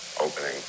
opening